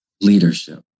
leadership